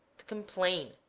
to complain,